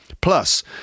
Plus